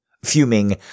Fuming